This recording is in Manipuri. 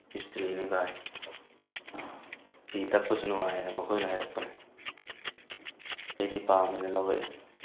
ꯏꯁꯇ꯭ꯔꯤꯅꯤ ꯚꯥꯏ ꯐꯤ ꯇꯛꯄꯁꯨ ꯅꯨꯡꯉꯥꯏ ꯊꯥꯏꯅ ꯃꯈꯣꯏꯅ ꯍꯥꯏꯔꯛꯄꯅꯤ ꯑꯩꯗꯤ ꯄꯥꯝꯃꯦꯅ ꯂꯧꯔꯛꯑꯦ